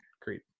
creep